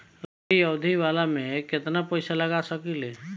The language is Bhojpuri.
लंबी अवधि वाला में केतना पइसा लगा सकिले?